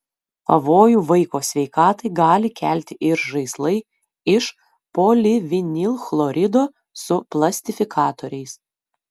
pavojų vaiko sveikatai gali kelti ir žaislai iš polivinilchlorido su plastifikatoriais